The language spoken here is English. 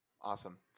Awesome